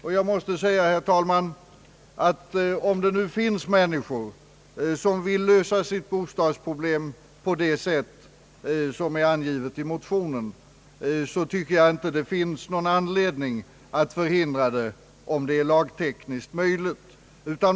Om det, herr talman, finns människor som vill lösa sitt bostadsproblem på det sätt som är angivet i motionen, tycker jag att det inte finns någon anledning att förhindra det, om det är lagtekniskt möjligt.